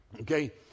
Okay